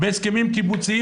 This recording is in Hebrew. בהסכמים קיבוציים.